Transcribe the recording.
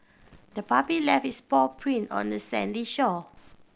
the puppy left its paw print on the sandy shore